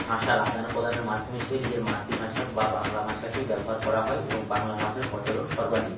ভাষার আদানপ্রদানের মাধ্যম হিসেবে নিজের মাতৃভাষা বা বাংলা ভাষাকেই ব্যবহার করা হয় এবং বাংলা ভাষার প্রচলন সর্বাধিক